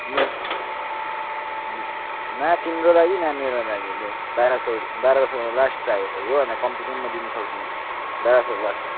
लु न तिम्रो लागि न मेरो लागि लु बाह्र सय बाह्र सय लास्ट अब योभन्दा कम्ती चाहिँ म अब दिनु सक्दिनँ बाह्र सय लास्ट